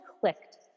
clicked